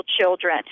Children